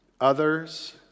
others